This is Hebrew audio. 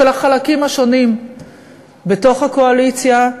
של החלקים השונים בתוך הקואליציה,